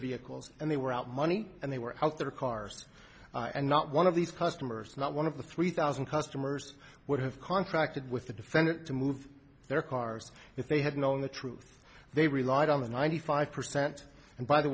vehicles and they were out money and they were out their cars and not one of these customers not one of the three thousand customers would have contracted with the defendant to move their cars if they had known the truth they relied on the ninety five percent and by the